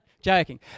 joking